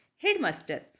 Headmaster